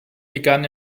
begann